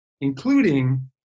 including